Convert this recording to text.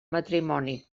matrimoni